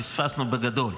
פספסנו בגדול.